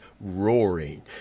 roaring